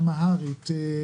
אמהרית,